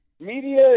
Media